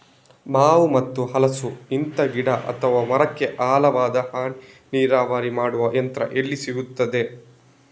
ಮಾವು ಮತ್ತು ಹಲಸು, ಇಂತ ಗಿಡ ಅಥವಾ ಮರಕ್ಕೆ ಆಳವಾದ ಹನಿ ನೀರಾವರಿ ಮಾಡುವ ಯಂತ್ರ ಎಲ್ಲಿ ಸಿಕ್ತದೆ?